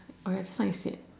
oh just now you said